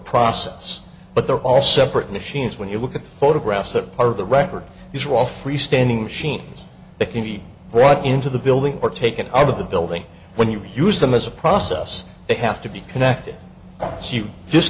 process but they're all separate machines when you look at the photographs that are the record is will freestanding machines that can be brought into the building or taken out of the building when you use them as a process they have to be connected she just